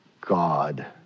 God